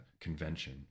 convention